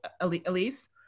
Elise